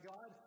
God